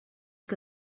que